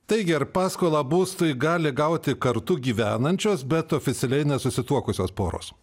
taigi ar paskolą būstui gali gauti kartu gyvenančios bet oficialiai nesusituokusios poros